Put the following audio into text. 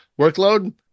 workload